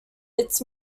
its